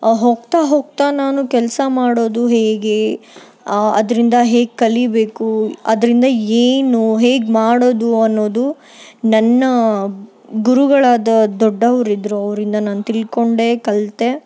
ಹೋಗ್ತಾ ಹೋಗ್ತಾ ನಾನು ಕೆಲಸ ಮಾಡೋದು ಹೇಗೆ ಅದರಿಂದ ಹೇಗೆ ಕಲಿಯಬೇಕು ಅದರಿಂದ ಏನು ಹೇಗೆ ಮಾಡೋದು ಅನ್ನೋದು ನನ್ನ ಗುರುಗಳಾದ ದೊಡ್ಡವ್ರು ಇದ್ದರು ಅವರಿಂದ ನಾನು ತಿಳ್ಕೊಂಡೆ ಕಲಿತೆ